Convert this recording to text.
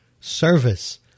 service